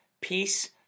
Peace